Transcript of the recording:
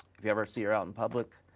if you ever see her out in public,